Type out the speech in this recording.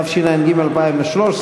התשע"ג 2013,